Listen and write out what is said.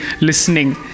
listening